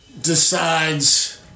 Decides